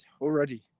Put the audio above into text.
already